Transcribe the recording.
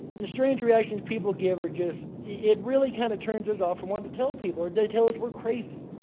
the strange reactions people give or just. it really kind of turns us off from wanting to tell people. or they tell us we're crazy,